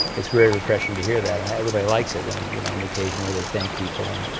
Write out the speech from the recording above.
it's very refreshing to hear that and everybody likes it and you know on the occasion where they thank people.